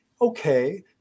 okay